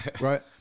Right